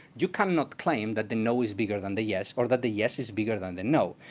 you cannot claim that the no is bigger than the yes, or that the yes is bigger than the no.